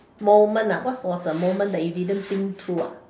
moment ah what was the moment that you didn't think through ah